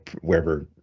wherever